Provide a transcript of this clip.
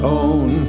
own